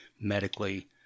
medically